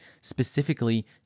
Specifically